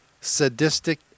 sadistic